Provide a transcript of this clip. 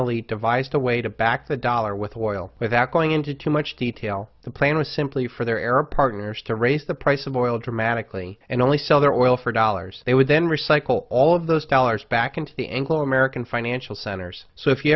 elite devised a way to back the dollar with oil without going into too much detail the plan was simply for their arab partners to raise the price of oil dramatically and only sell their oil for dollars they would then recycle all of those dollars back into the anglo american financial centers so if you